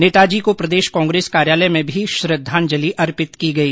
नेताजी को प्रदेश कांग्रेस कार्यालय में भी श्रद्धांजलि अर्पित की गई